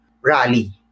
rally